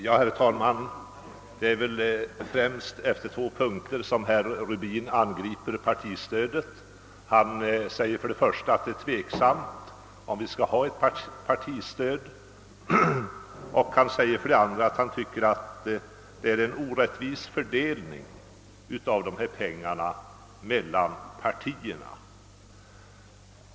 Herr talman! Det är väl främst på två punkter herr Rubin angriper partistödet. För det första menar han att det är tveksamt om vi skall ha ett partistöd, och för det andra anser han att det är en orättvis fördelning av pengarna mellan partierna.